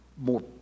More